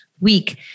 week